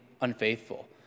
unfaithful